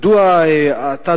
מדוע אתה,